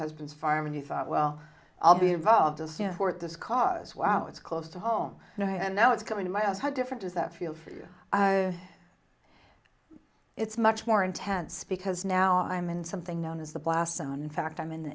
husband's farm and you thought well i'll be involved as you know fort this cause wow it's close to home now and now it's coming in my eyes how different is that feel for you it's much more intense because now i'm in something known as the blast zone in fact i'm in